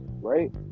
right